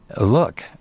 Look